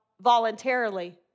voluntarily